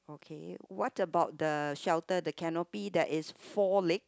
okay what about the shelter the canopy that is four leg